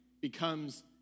becomes